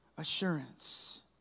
assurance